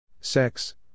Sex